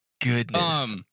Goodness